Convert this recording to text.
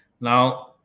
now